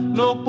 no